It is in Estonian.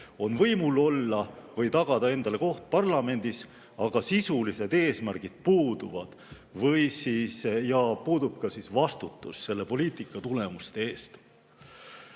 on võimul olla või tagada endale koht parlamendis, aga sisulised eesmärgid puuduvad ja puudub ka vastutus selle poliitika tulemuste eest. On